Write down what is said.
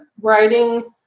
writing